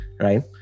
right